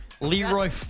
Leroy